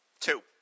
Two